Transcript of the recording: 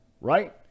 right